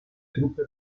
truppe